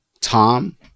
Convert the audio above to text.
Tom